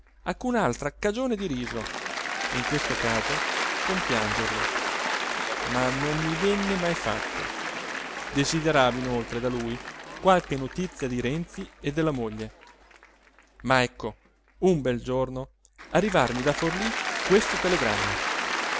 futura suocera alcun'altra cagione di riso e in questo caso compiangerlo ma non mi venne mai fatto desideravo inoltre da lui qualche notizia di renzi e della moglie ma ecco un bel giorno arrivarmi da forlí questo telegramma